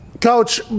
Coach